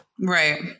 Right